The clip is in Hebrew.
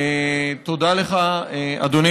תודה לך, אדוני